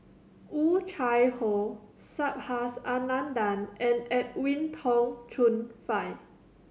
Oh Chai Hoo Subhas Anandan and Edwin Tong Chun Fai